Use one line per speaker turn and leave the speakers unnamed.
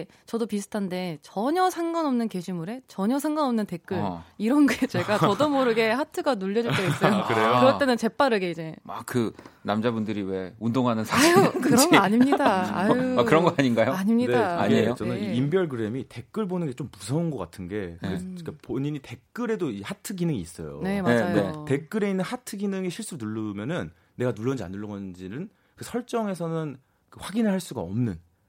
저도 비슷한데 전혀 상관없는 게시물에 전혀 상관없는 댓글
어.
이런 게 제가 저도 모르게 하트가 눌려질 때가 있어요.
아, 그래요?
그럴 때는 재빠르게 이제.
아, 그 남자분들이 왜 운동하는 사진
아유, 그런 거
이제
아닙니다.
뭐, 아, 그런
아유,
거 아닌가요?
아닙니다.
네, 그게
아니에요?
저는 이
네.
인별그램이 댓글 보는 게 좀 무서운 것 같은 게 그
네.
그러니까 본인이 댓글에도 이 하트 기능이 있어요.
네,
네,
맞아요.
그러니까
네.
댓글에 있는 하트 기능이 실수로 누르면은 내가 눌렀는지 안 눌렀는지는 그 설정에서는 그 확인을 할 수가 없는